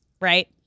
right